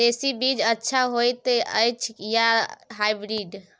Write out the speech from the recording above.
देसी बीज अच्छा होयत अछि या हाइब्रिड?